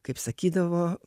kaip sakydavo